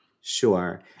Sure